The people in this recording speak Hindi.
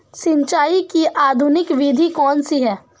सिंचाई की आधुनिक विधि कौनसी हैं?